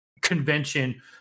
convention